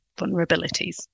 vulnerabilities